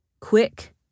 Quick